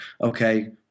okay